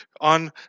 on